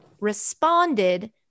responded